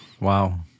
Wow